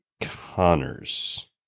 Connors